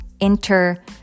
enter